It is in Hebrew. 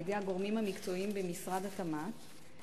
על-ידי הגורמים המקצועיים במשרד התמ"ת,